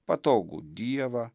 patogų dievą